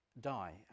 die